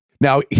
Now